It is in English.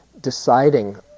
deciding